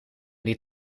die